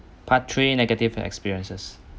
part three negative experiences